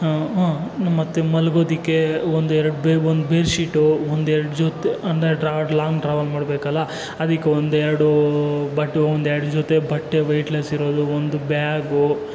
ಹ್ಞೂ ಮತ್ತು ಮಲಗೋದಕ್ಕೆ ಒಂದೆರಡು ಒಂದು ಬೆಡ್ ಶೀಟ್ ಒಂದೆರಡು ಜೊತೆ ಅಂದರೆ ಲಾಂಗ್ ಟ್ರಾವೆಲ್ ಮಾಡಬೇಕಲ್ಲ ಅದಕ್ಕೆ ಒಂದೆರಡು ಬಟ್ಟೆ ಒಂದೆರಡು ಜೊತೆ ಬಟ್ಟೆ ವೇಟ್ ಲೆಸ್ ಇರೋದು ಒಂದು ಬ್ಯಾಗು